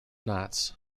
knots